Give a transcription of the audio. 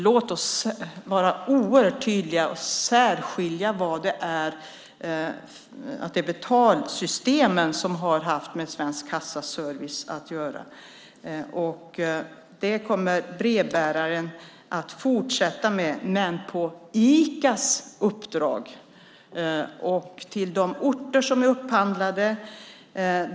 Låt oss därför vara tydliga med att det är betalsystemen som haft med Svensk Kassaservice att göra. Brevbäraren kommer att fortsätta att ge den servicen, men på Icas uppdrag, på de orter som är upphandlade.